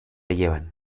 llevan